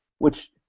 which,